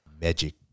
magic